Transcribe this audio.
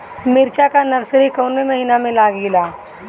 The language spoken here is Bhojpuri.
मिरचा का नर्सरी कौने महीना में लागिला?